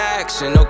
action